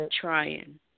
trying